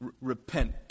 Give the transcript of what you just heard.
Repent